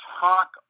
talk